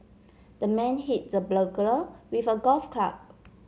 the man hit the with a golf club